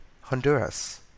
Honduras